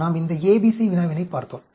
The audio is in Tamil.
நம் இந்த A B C வினாவினைப் பார்த்தோம்